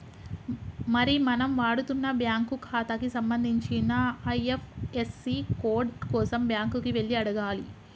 మరి మనం వాడుతున్న బ్యాంకు ఖాతాకి సంబంధించిన ఐ.ఎఫ్.యస్.సి కోడ్ కోసం బ్యాంకు కి వెళ్లి అడగాలి